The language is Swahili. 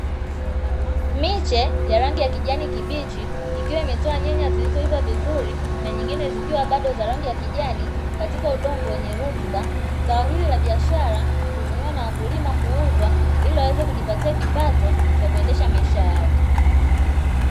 Miche ya rangi ya kijani kibichi ikiwa imetoa nyanya zilizoiva vizuri na nyingine zikiwa bado za rangi ya kijani katika udongo wenye rutuba, zao hili la biashara hutumiwa na wakulima kuuza ili waweze kujipatia kipato cha kuendesha maisha yao.